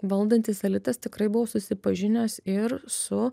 valdantis elitas tikrai buvo susipažinęs ir su